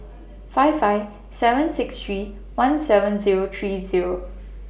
five five seven six three one seven Zero three Zero